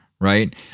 right